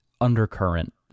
undercurrent